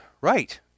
right